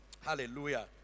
Hallelujah